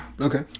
Okay